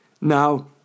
Now